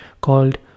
called